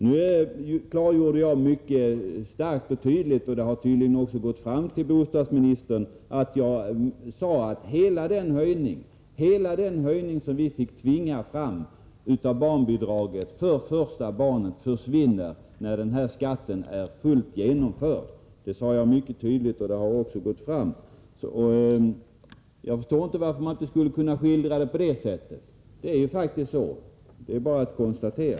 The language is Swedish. Jag klargjorde mycket tydligt — och det har uppenbarligen gått fram till bostadsministern — att hela den höjning av barnbidraget för första barnet som vi fick tvinga fram äts upp av den här skatten när den är helt genomförd. Jag förstår inte varför man inte skulle kunna skildra saken på det sättet. Det är ju faktiskt så — det är bara att konstatera.